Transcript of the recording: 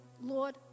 Lord